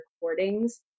recordings